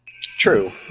True